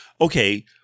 okay